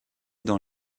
dans